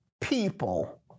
people